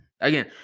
Again